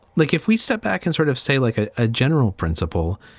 like, if we step back and sort of say, like a ah general principle,